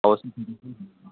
অবশ্যই হুম হুম হুম হুম